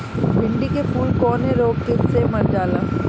भिन्डी के फूल कौने रोग से मर जाला?